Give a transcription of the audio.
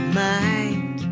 mind